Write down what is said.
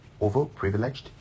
overprivileged